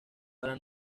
para